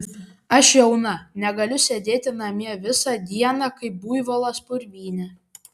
aš jauna negaliu sėdėti namie visą dieną kaip buivolas purvyne